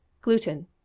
Gluten